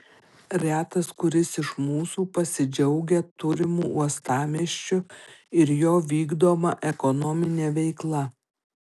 retas kuris iš mūsų pasidžiaugia turimu uostamiesčiu ir jo vykdoma ekonomine veikla